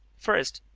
first,